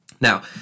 Now